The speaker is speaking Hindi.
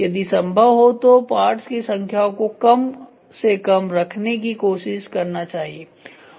यदि संभव हो तो पार्ट्स की संख्याओं को कम से कम रखने की कोशिश करना चाहिए